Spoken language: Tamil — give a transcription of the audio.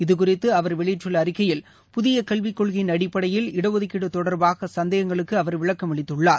இது குறித்து அவர் வெளியிட்டுள்ள அறிக்கையில் புதிய கல்விக் கொள்கையின் அடிப்படையில் இட ஒதுக்கீடு தொடர்பாக சந்தேகங்களுக்கு அவர் விளக்கம் அளித்துள்ளார்